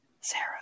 Sarah